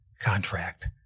contract